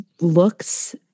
looks